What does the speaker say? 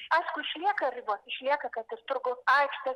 aišku išlieka ribos išlieka kad ir turgaus aikštė